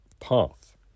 path